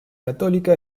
católica